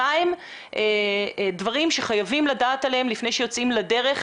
מהם דברים שחייבים לדעת עליהם לפני שיוצאים לדרך,